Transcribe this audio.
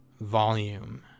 volume